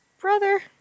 brother